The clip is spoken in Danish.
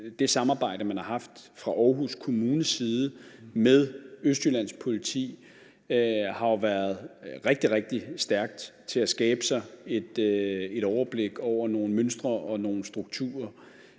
det samarbejde, man har haft fra Aarhus Kommunes side med Østjyllands Politi, har været rigtig, rigtig stærkt til at skabe overblik over nogle mønstre og nogle strukturer.